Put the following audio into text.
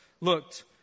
looked